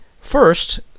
First